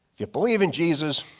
you believe in jesus,